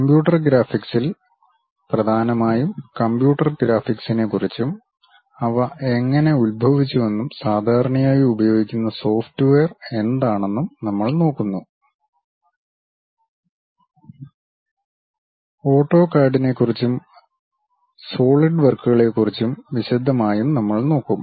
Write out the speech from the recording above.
computer ഗ്രാഫിക്സിൽ പ്രധാനമായും computer ഗ്രാഫിക്സിനെക്കുറിച്ചും അവ എങ്ങനെ ഉത്ഭവിച്ചുവെന്നും സാധാരണയായി ഉപയോഗിക്കുന്ന സോഫ്റ്റ്വെയർ എന്താണെന്നും നമ്മൾ നോക്കുന്നു ഓട്ടോകാഡിനെക്കുറിച്ചും സോളിഡ് വർക്കുകളെക്കുറിച്ച് വിശദമായും നമ്മൾ നോക്കും